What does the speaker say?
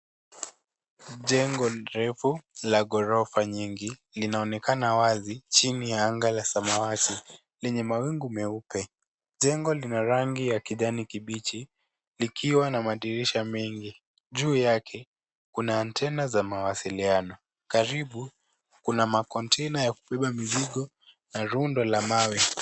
Jengo refu la ghorofa nyingi, linaonekana wazi chini ya anga la samawati lenye mawingu meupe. Jengo lina rangi ya kijani kibichi likiwa na madirisha mengi. Juu yake, antena za mawasiliano. Karibu, kuna makontena ya kubeba mizigo na rundo la mawe